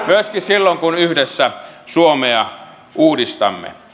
myöskin silloin kun yhdessä suomea uudistamme